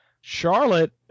Charlotte